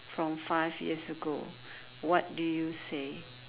from five years ago what do you say